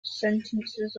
sentences